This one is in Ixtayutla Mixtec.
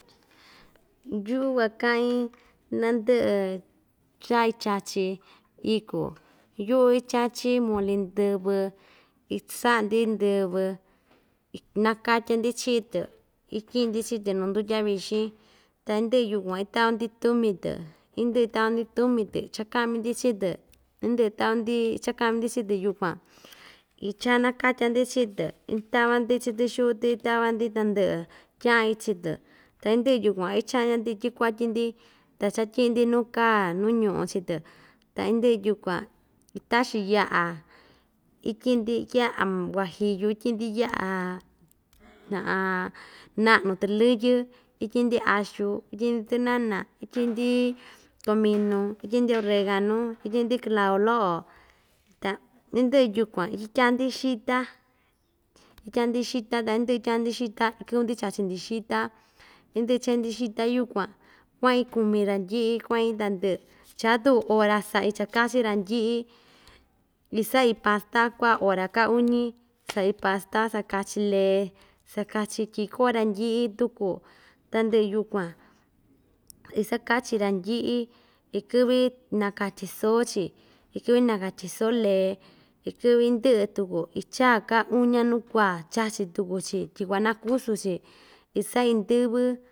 Yu'u kuaka'in nandɨ'ɨ cha icha‑chí iku yu'u ichachí muli ndɨvɨ isa'a‑ndi ndɨvɨ inakatya‑ndi chii‑tɨ ityi'i‑ndi chii‑tɨ nu ndutya vixin ta indɨ'ɨ yukuan itava‑ndi tumi‑tɨ indɨ'ɨ itava‑ndi tumi‑tɨ chaka'mi‑ndi chii‑tɨ indɨ'ɨ itava‑ndi chaka'mi‑ndi chii‑tɨ yukuan ichanakatya‑ndi chii‑tɨ itava‑ndi chɨtɨ xiu‑tɨ itava‑ndi tandɨ'ɨ tya'an yɨ chii‑tɨ ta indɨ'ɨ yukuan ichan'dya‑ndi tyikuatyi‑ndi ta chatyi'i‑ndi nu kaa nu ñu'u chi‑tɨ ta indɨ'ɨ yukuan itaxin ya'a ityi'i‑ndi ya'a huajillu ityi'i‑ndi ya'a na'nu tɨlɨyɨ́ ityi'i‑ndi axu ityi'i‑ndi tɨnana ityi'i‑ndi cominu ityi'i‑ndi oreganu ityi'i‑ndi clau lo'o ta indɨ'ɨ yukuan ityaa‑ndi xita ityaa‑ndi xita ta indɨ'ɨ ityaa‑ndi xita ikɨ'vɨ‑ndi chachi‑ndi xita indɨ'ɨ iche‑ndi xita yukuan kua'in kumi randyi'i kua'in tandɨ'ɨ cha tuku ora sa'i chakachi randyi'i isa'i pasta ku'a ora ka uñi sa'i pasta saka‑chi lee saka‑chi tyi'í ko'o randyi'i tuku tandɨ'ɨ yukuan isaka‑chi randyi'i ikɨ'vɨ nakatye soo‑chi ikɨ'vɨ nakatye soo lee ikɨ'vɨ ndɨ'ɨ tuku icha ka uña nuu kua chachi tuku‑chi tyi kuanakusu‑chi isa'i ndɨ́vɨ.